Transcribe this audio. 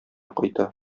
кайта